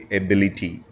ability